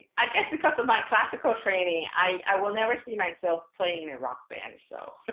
i guess because of my classical training i will never see myself playing in a rock band. so but